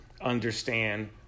understand